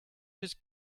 his